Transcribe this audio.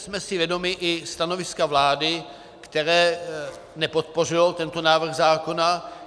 Jsme si i vědomi stanoviska vlády, které nepodpořilo tento návrh zákona.